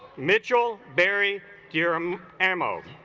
mitchell barry serum and mo